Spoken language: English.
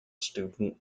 student